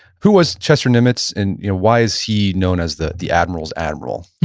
who was chester nimitz and why is he known as the the admiral's admiral? yeah.